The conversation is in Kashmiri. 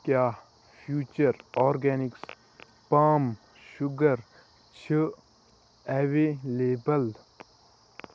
کیٛاہ فیٛوٗچر آرگینِکس پام شوٗگر چھِ ایٚوِیلیبُل